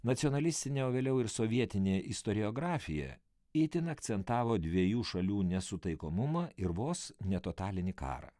nacionalistinė o vėliau ir sovietinė istoriografija itin akcentavo dviejų šalių nesutaikomumą ir vos ne totalinį karą